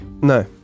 No